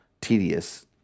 tedious